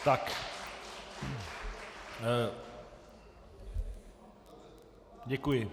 Tak děkuji.